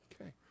Okay